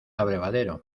abrevadero